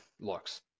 looks